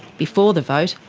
before the vote,